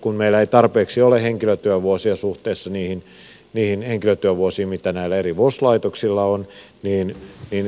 kun meillä ei tarpeeksi ole henkilötyövuosia suhteessa niihin henkilötyövuosiin mitä näillä eri vos laitoksilla on niin